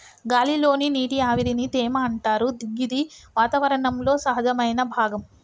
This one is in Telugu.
గాలి లోని నీటి ఆవిరిని తేమ అంటరు గిది వాతావరణంలో సహజమైన భాగం